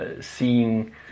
seeing